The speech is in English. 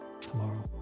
tomorrow